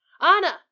Anna